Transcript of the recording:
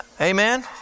Amen